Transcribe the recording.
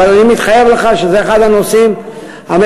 אבל אני מתחייב לך שזה אחד הנושאים המרכזיים.